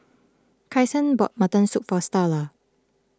Kyson bought Mutton Soup for Starla